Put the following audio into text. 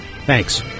Thanks